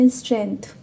strength